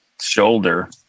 shoulder